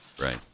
Right